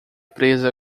presa